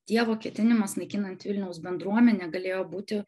dievo ketinimas naikinant vilniaus bendruomenę galėjo būti